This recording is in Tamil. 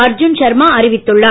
அர்ஜுன்ஷர்மாஅறிவித்துள்ளார்